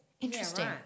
interesting